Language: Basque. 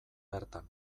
bertan